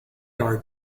are